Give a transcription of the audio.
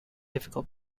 difficult